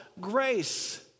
grace